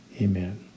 Amen